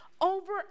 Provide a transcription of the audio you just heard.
over